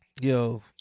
Yo